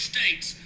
States